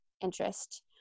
interest